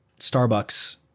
Starbucks